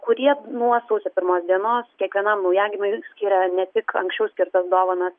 kurie nuo sausio pirmos dienos kiekvienam naujagimiui skiria ne tik anksčiau skirtas dovanas